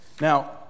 Now